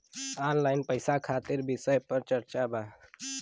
Online पैसा खातिर विषय पर चर्चा वा?